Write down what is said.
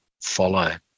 follow